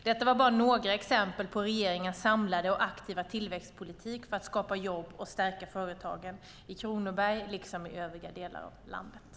Detta var några exempel på regeringens samlade och aktiva tillväxtpolitik för att skapa jobb och stärka företagen i Kronoberg liksom i övriga delar av landet.